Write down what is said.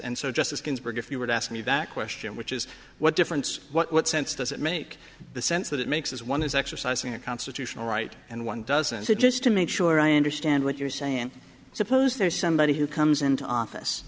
ginsburg if you were to ask me that question which is what difference what sense does it make the sense that it makes as one is exercising a constitutional right and one doesn't so just to make sure i understand what you're saying suppose there is somebody who comes into office